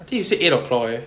I think you say eight O'clock eh